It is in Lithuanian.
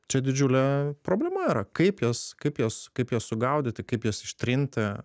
čia didžiulė problema yra kaip jas kaip jas kaip jas sugaudyti kaip jas ištrinti